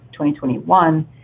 2021